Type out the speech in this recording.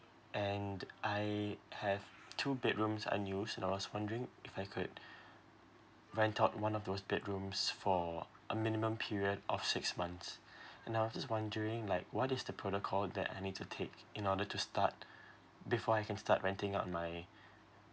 and I have two bedrooms unused and I was wondering if I could rent out one of those bedrooms for a minimum period of six months and I was just wondering like what is the protocol that I need to take in order to start before I can start renting out my